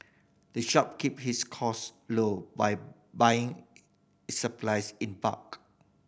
the shop keep his cost low by buying its supplies in bulk